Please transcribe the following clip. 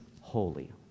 holy